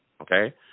okay